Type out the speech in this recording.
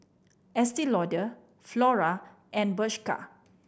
Estee Lauder Flora and Bershka